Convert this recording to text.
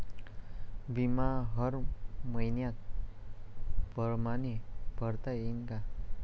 बिमा हर मइन्या परमाने भरता येऊन का?